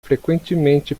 frequentemente